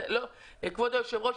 כבוד היו"ר,